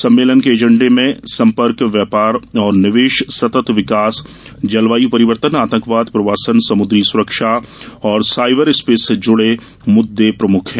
सम्मेलन के एजेंडे में संपर्क व्यापार और निवेश सतत विकास जलवायु परिवर्तन आतंकवाद प्रवासन समुद्री सुरक्षा और साइबर स्पेस से जुड़े मुद्दे प्रमुख हैं